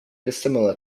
dissimilar